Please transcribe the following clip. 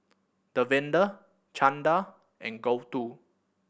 Davinder Chanda and Gouthu